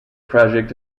project